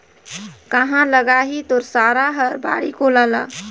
काँहा लगाही तोर सारा हर बाड़ी कोला ल